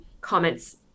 comments